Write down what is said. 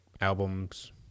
albums